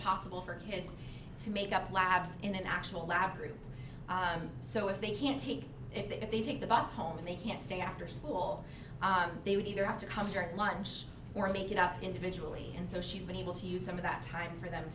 possible for kids to make up labs in an actual lab group so if they can't take it if they take the bus home and they can't stay after school they would either have to come to lunch or make it up individually and so she's been able to use some of that time for them